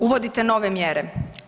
Uvodite nove mjere.